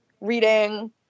reading